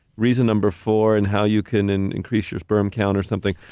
reason number four and how you can increase your sperm count or something,